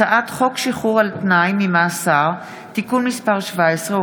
הצעת חוק שחרור על תנאי ממאסר (תיקון מס' 17,